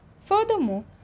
Furthermore